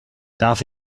darf